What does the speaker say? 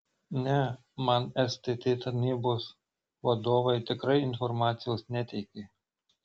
ne man stt tarnybos vadovai tikrai informacijos neteikė